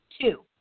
Two